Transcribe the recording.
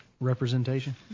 Representation